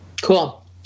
Cool